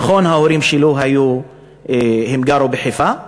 נכון, ההורים שלו גרו בחיפה.